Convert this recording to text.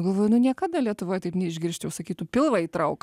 galvoju nu niekada lietuvoj taip neišgirsčiau sakytų pilvą įtrauk